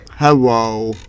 Hello